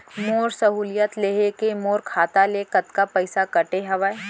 मोर सहुलियत लेहे के मोर खाता ले कतका पइसा कटे हवये?